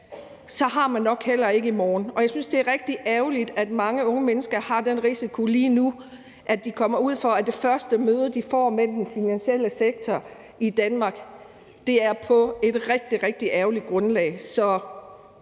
har man nok heller ikke i morgen, og jeg synes, det er rigtig ærgerligt, at mange unge mennesker lige nu risikerer, at de kommer ud for, at det første møde, de får med den finansielle sektor i Danmark, er på et rigtig, rigtig ærgerligt grundlag.